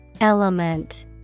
Element